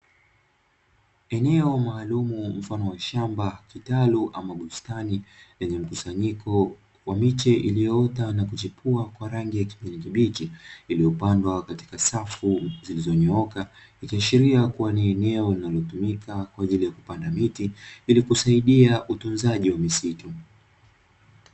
Eneo maalumu mfano wa shamba, kitalu ama bustani; lenye mkusanyiko wa miche iliyoota na kuchipua kwa rangi ya kijani kibichi iliyopandwa katika safu zilizonyooka, ikiashiria kuwa ni eneo linalotumika kwa ajili ya kupanda miti ili kusaidia utunzaji wa misitu.